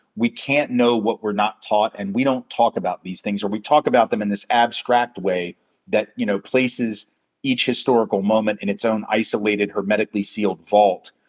we can't know what we're not taught, and we don't talk about these things, or we talk about them in this abstract way that, you know, places each historical moment in its own isolated, hermetically sealed vault,